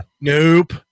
Nope